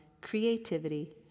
creativity